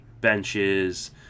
benches